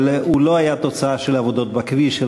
אבל הוא לא היה תוצאה של עבודות בכביש,